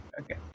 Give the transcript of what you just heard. Okay